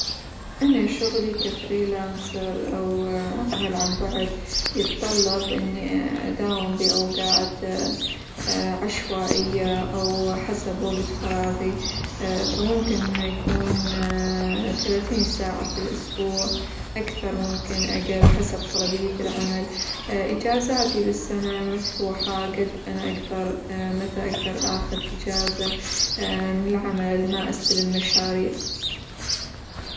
أنا شغلي كفري لانسر، أو عمل عن بعد يتطلب إني أداوم بأوقات عشوائية، أو حسب وقت فراغي، فممكن إنه يكون ثلاثين ساعة في الأسبوع أكثر ممكن أقل، حسب طلبية العمل، إجازاتي بالسنة مفتوحة قد أنا أقدر، متى أقدر آخذ أجازة من العمل ما استلم مشاريع.